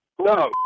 No